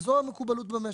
זה המקובל במשק.